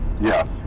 Yes